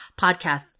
podcasts